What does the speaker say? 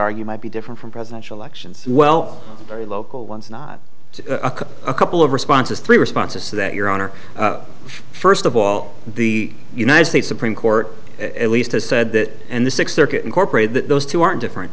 argue might be different from presidential elections well very local ones not a couple of responses three responses so that your honor first of all the united states supreme court at least has said that and the sixth circuit incorporated that those two are different